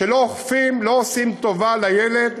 כשלא אוכפים, לא עושים טובה לילד